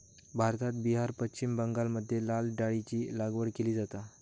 भारतात बिहार, पश्चिम बंगालमध्ये लाल डाळीची लागवड केली जाता